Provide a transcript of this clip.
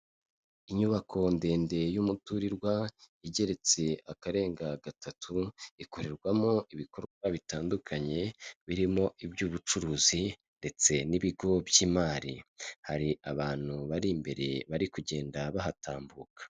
Inyubako ndende y'umuturirwa igeretse akarenga gatatu, ikorerwamo ibikorwa bitandukanye birimo iby'ubucuruzi ndetse n'ibigo by'imari. Hari abantu bari imbere, bari kugenda bahatambuka.